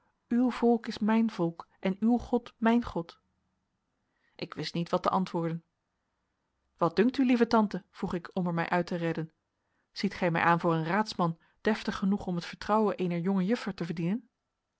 uw volk is mijn volk en uw god mijn god ik wist niet wat te antwoorden wat dunkt u lieve tante vroeg ik om er mij uit te redden ziet gij mij aan voor een raadsman deftig genoeg om het vertrouwen eener jonge juffer te verdienen